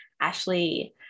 Ashley